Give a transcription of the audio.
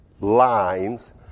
lines